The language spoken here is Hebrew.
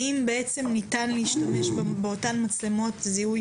אם בעצם ניתן להשתמש באותן מצלמות זיהוי